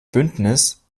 bündnis